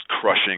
crushing